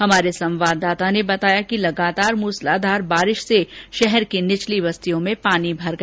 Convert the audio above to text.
हमारे संवाददाता ने बताया कि लगातार मूसलाधार बारिश से शहर की निचली बस्तियों में पानी भर गया